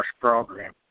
program